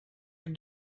can